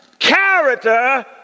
Character